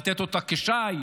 לתת אותה כשי,